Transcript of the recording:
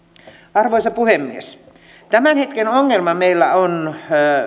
arvoisa puhemies tämän hetken ongelma meillä on